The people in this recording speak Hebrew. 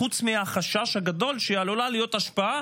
חוק שמירת הניקיון (תיקון מס' 25 והוראת שעה),